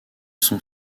sont